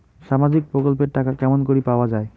সামাজিক প্রকল্পের টাকা কেমন করি পাওয়া যায়?